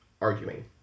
arguing